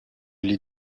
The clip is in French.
les